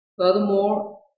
Furthermore